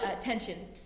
tensions